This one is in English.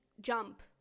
jump